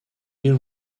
you